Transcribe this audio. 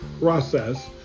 process